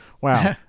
wow